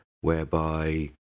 whereby